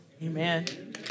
Amen